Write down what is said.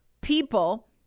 people